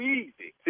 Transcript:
easy